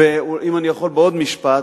אם אני יכול בעוד משפט,